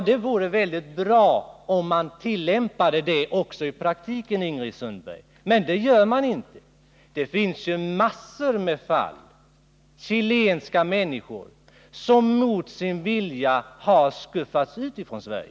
Det vore mycket bra, Ingrid Sundberg, om man också i praktiken tillämpade den regeln. Det gör man emellertid inte. Mängder med chilenare har ju mot sin vilja skuffats ut ur Sverige.